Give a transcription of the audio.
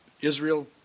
israel